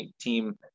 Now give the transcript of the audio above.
team